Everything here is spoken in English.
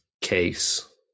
case